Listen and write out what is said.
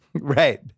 Right